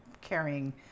carrying